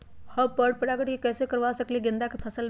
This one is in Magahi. हम पर पारगन कैसे करवा सकली ह गेंदा के फसल में?